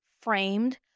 framed